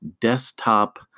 desktop